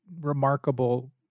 remarkable